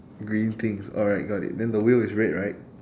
green things alright got it then the wheel is red right